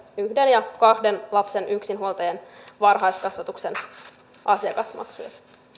yhden ja kahden lapsen yksinhuoltajan varhaiskasvatuksen asiakasmaksuja